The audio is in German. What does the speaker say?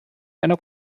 einer